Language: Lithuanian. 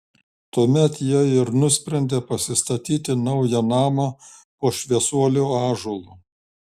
tuomet jie ir nusprendė pasistatyti naują namą po šviesuolių ąžuolu